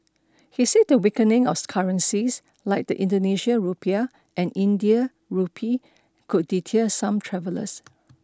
he said the weakening of currencies like the Indonesian rupiah and Indian rupee could deter some travellers